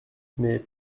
mais